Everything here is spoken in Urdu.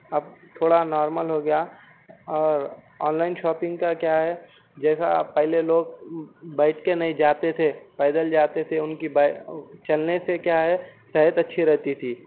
اب تھوڑا نارمل ہوگیا اور آن لائن شاپنگ کا کیا ہے جیسا پہلے لوگ بیٹھ کے نہیں جاتے تھے پیدل جاتے تھے اُن کی چلنے سے کیا ہے صحت اچھی رہتی تھی